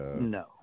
no